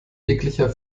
jeglicher